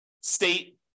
state